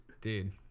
Dude